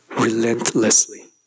relentlessly